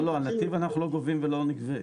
לא, לא, על נתיב אנחנו לא גובים ולא נגבה.